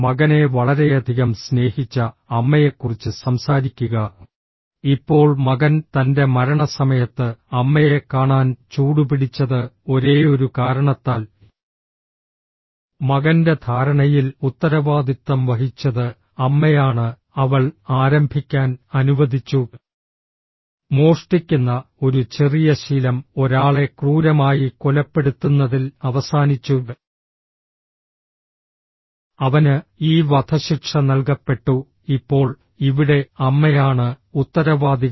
മകനെ വളരെയധികം സ്നേഹിച്ച അമ്മയെക്കുറിച്ച് സംസാരിക്കുക ഇപ്പോൾ മകൻ തൻറെ മരണസമയത്ത് അമ്മയെ കാണാൻ ചൂടുപിടിച്ചത് ഒരേയൊരു കാരണത്താൽ മകന്റെ ധാരണയിൽ ഉത്തരവാദിത്തം വഹിച്ചത് അമ്മയാണ് അവൾ ആരംഭിക്കാൻ അനുവദിച്ചു മോഷ്ടിക്കുന്ന ഒരു ചെറിയ ശീലം ഒരാളെ ക്രൂരമായി കൊലപ്പെടുത്തുന്നതിൽ അവസാനിച്ചു അവന് ഈ വധശിക്ഷ നൽകപ്പെട്ടു ഇപ്പോൾ ഇവിടെ അമ്മയാണ് ഉത്തരവാദികൾ